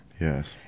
Yes